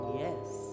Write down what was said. yes